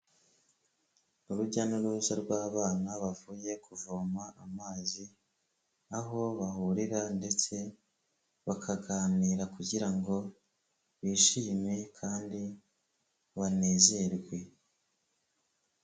Urujya n'uruza rw'abana bavuye kuvoma amazi, aho bahurira ndetse bakaganira kugira ngo bishime kandi banezerwe.